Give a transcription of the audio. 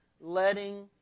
letting